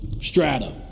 Strata